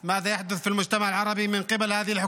תודה.